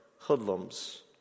hoodlums